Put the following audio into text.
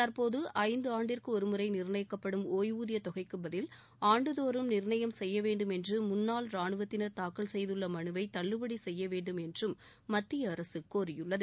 தற்போது ஐந்து ஆண்டிற்கு ஒருமுறை நிர்ணயிக்கப்படும் ஒய்வூதிய தொகைக்கு பதில் ஆண்டுதோறும் நிர்ணயம் செய்ய வேண்டும் என்று முன்னாள் ரானுவத்தினர் தாக்கல் செய்துள்ள மனுவை தள்ளுபடி செய்ய வேண்டும் என்றும் மத்திய அரசு கோரியுள்ளது